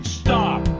stop